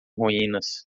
ruínas